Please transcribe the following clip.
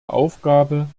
aufgabe